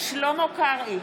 שלמה קרעי,